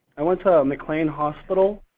i went to mclean hospital